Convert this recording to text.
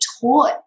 taught